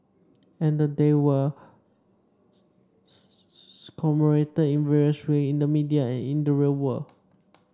and the day were commemorated in various ways in the media and in the real world